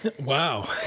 Wow